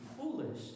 foolish